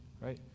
right